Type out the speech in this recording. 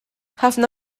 ħafna